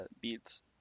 beats